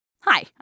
Hi